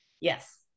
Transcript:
Yes